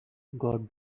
god